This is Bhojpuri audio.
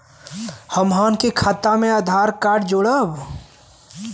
हमन के खाता मे आधार कार्ड जोड़ब?